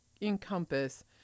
encompass